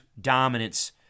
dominance